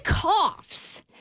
coughs